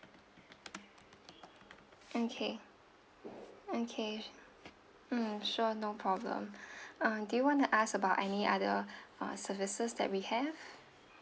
okay okay mm sure no problem uh do you want to ask about any other uh services that we have